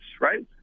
right